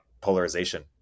polarization